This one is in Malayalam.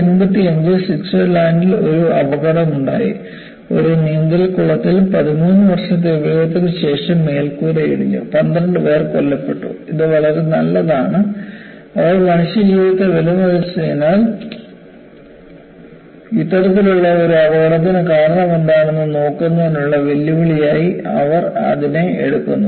1985 ൽ സ്വിറ്റ്സർലൻഡിൽ ഒരു അപകടമുണ്ടായി ഒരു നീന്തൽക്കുളത്തിൽ 13 വർഷത്തെ ഉപയോഗത്തിന് ശേഷം മേൽക്കൂര ഇടിഞ്ഞു 12 പേർ കൊല്ലപ്പെട്ടു ഇത് വളരെ നല്ലതാണ് അവർ മനുഷ്യജീവിതത്തെ വിലമതിച്ചതിനാൽ ഇത്തരത്തിലുള്ള ഒരു അപകടത്തിന് കാരണമെന്താണെന്ന് നോക്കുന്നതിനുള്ള വെല്ലുവിളിയായി അവർ ഇതിനെ എടുക്കുന്നു